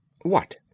What